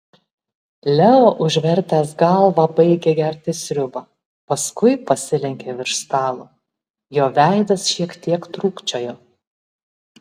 leo užvertęs galvą baigė gerti sriubą paskui pasilenkė virš stalo jo veidas šiek tiek trūkčiojo